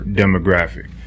demographic